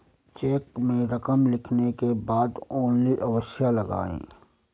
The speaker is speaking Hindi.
चेक में रकम लिखने के बाद ओन्ली अवश्य लगाएँ